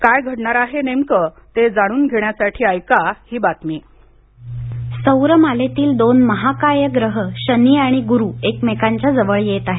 काय घडणार आहे नेमकं ते जाणून घेण्यासाठी ऐका ही बातमी सौरमालेतील दोन महाकाय ग्रह शनी आणि गुरू एकमेकांच्या जवळ येत आहेत